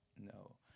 no